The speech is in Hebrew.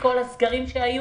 והסגרים.